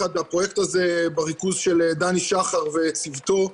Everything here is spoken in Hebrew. הפרויקט הזה בריכוז של דני שחר וצוותו,